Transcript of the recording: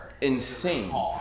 insane